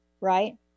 right